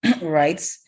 right